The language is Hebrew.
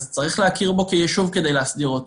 אז צריך להכיר בו כיישוב כדי להסדיר אותו.